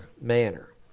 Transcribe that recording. manner